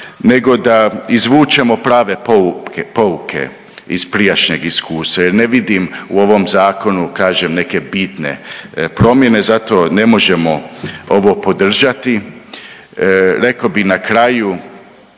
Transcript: nego da izvučemo prave pouke iz prijašnjeg iskustva jer ne vidim u ovom zakonu kažem neke bitne promjene, zato ne možemo ovo podržati. Rekao bi na kraju